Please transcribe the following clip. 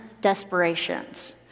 desperations